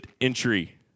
entry